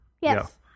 Yes